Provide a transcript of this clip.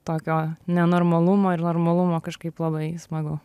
tokio nenormalumo ir normalumo kažkaip labai smagu